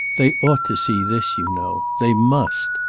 they ought to see this, you know. they must.